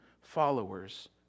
followers